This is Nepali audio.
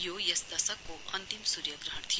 यो यस दशकको अन्तिम सूर्यग्रहण थियो